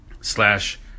slash